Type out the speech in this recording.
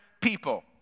people